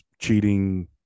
cheating